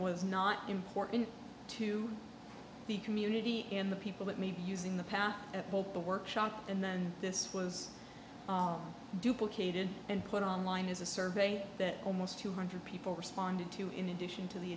was not important to the community in the people that may be using the path at both the workshop and then this was duplicated and put online is a survey that almost two hundred people responded to in addition to the